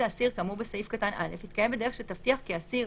האסיר כאמור בסעיף קטן (א) יתקיים בדרך שתבטיח כי האסיר,